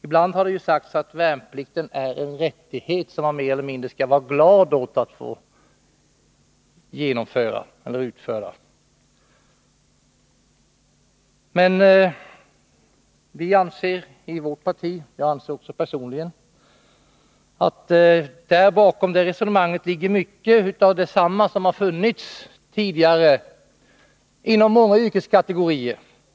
Ibland har det sagts att värnplikten är en rättighet och att man mer eller mindre skall vara glad åt att få göra den. Men vi i vårt parti — och jag personligen — anser att det bakom detta resonemang ligger mycket av de tankar som tidigare har funnits inom många yrkeskategorier.